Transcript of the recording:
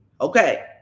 Okay